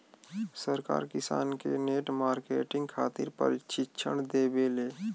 सरकार किसान के नेट मार्केटिंग खातिर प्रक्षिक्षण देबेले?